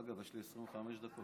בשבועיים האחרונים